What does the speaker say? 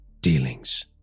dealings